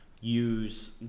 use